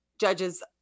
judges